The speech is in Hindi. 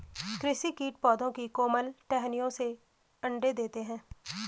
कृषि कीट पौधों की कोमल टहनियों में अंडे देते है